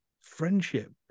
friendship